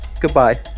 goodbye